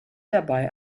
dabei